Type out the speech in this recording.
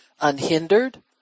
Unhindered